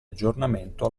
aggiornamento